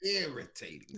irritating